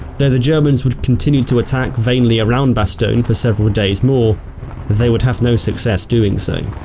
though the germans would continue to attack vainly around bastogne for several days more that they would have no success doing so.